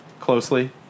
closely